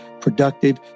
productive